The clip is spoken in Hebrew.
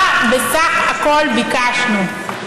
מה בסך הכול ביקשנו?